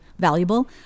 valuable